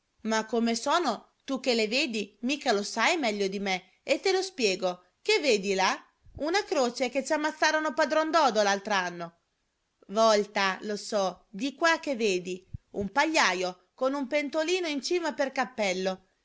ma come sono tu che le vedi mica lo sai meglio di me e te lo spiego che vedi là una croce che ci ammazzarono padron dodo l'altro anno volta lo so di qua che vedi un pagliajo con un pentolino in cima per cappello